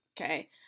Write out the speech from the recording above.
okay